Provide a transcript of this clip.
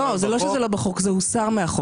זה לא שזה לא בחוק אלא זה הוסר מהחוק.